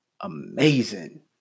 amazing